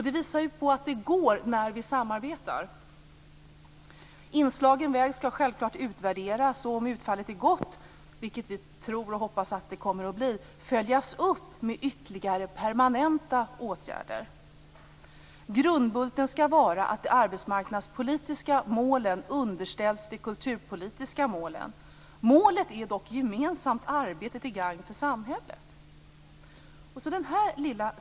Det visar att det går när vi samarbetar. Inslagen väg skall självklart utvärderas. Om utfallet är gott, vilket vi hoppas och tror att det kommer att bli, skall det självfallet följas upp med ytterligare permanenta åtgärder. Grundbulten skall vara att de arbetsmarknadspolitiska målen underställs de kulturpolitiska målen. Målet är dock gemensamt: Arbete till gagn för samhället.